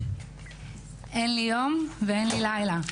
אין לי יום ואין לי לילה.